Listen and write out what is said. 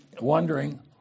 wondering